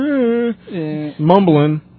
mumbling